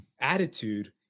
attitude